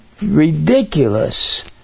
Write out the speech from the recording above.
Ridiculous